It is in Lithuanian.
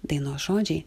dainos žodžiai